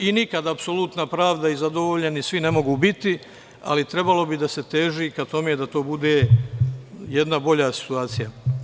Nikad apsolutna pravda i zadovoljeni svi ne mogu biti, ali trebalo bi da se teži ka tome da to bude jedna bolja situacija.